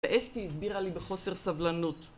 אסתי הסבירה לי בחוסר סבלנות